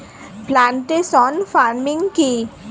Plantation farming কি?